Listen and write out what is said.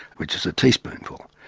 which is a teaspoonful.